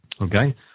Okay